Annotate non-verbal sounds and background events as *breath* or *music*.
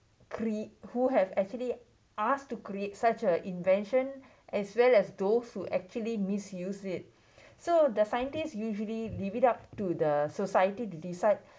cre~ who have actually asked to create such a invention as well as those who actually misuse it *breath* so the scientists usually leave it up to the society to decide